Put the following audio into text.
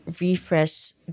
refresh